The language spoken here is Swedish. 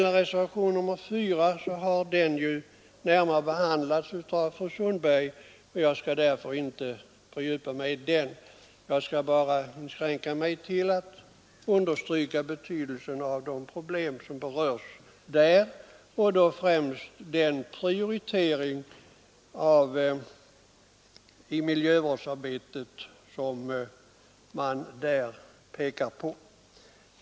Reservationen 4 har närmare behandlats av fru Sundberg, och jag skall därför inte fördjupa mig i den utan inskränker mig till att understryka betydelsen av de problem som berörs där, främst då den prioritering i miljövårdsarbetet som reservanterna pekar på.